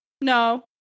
No